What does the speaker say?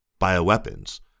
bioweapons